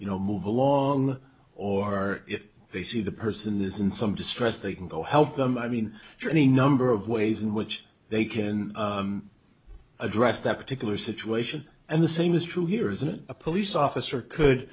you know move along or if they see the person is in some distress they can go help them i mean any number of ways in which they can address that particular situation and the same is true here isn't a police officer